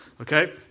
okay